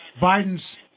Biden's